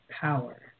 power